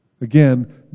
Again